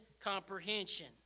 comprehension